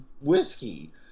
whiskey